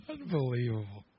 Unbelievable